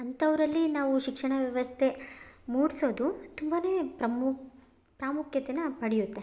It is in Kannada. ಅಂಥವ್ರಲ್ಲಿ ನಾವು ಶಿಕ್ಷಣ ವ್ಯವಸ್ಥೆ ಮೂಡಿಸೋದು ತುಂಬ ಪ್ರಮು ಪ್ರಾಮುಖ್ಯತೇನ ಪಡೆಯುತ್ತೆ